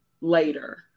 later